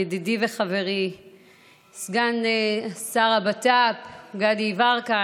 ידידי וחברי סגן שר הבט"פ גדי יברקן,